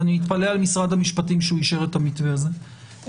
ואני מתפלא על משרד המשפטים שהוא אישר את המתווה הזה.